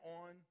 on